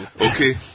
Okay